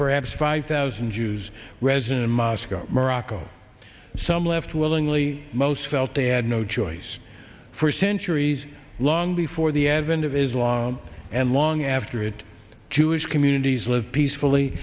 perhaps five thousand jews resident in moscow morocco some left willingly most felt they had no choice for centuries long before the advent of islam and long after it jewish communities live peacefully